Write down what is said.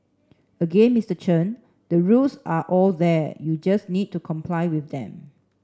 again Mr Chen the rules are all there you just need to comply with them